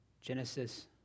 Genesis